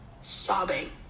sobbing